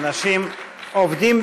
אנשים עובדים